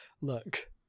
look